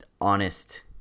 honest –